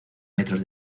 metros